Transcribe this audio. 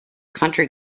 country